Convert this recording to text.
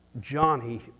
Johnny